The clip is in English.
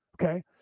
okay